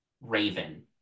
raven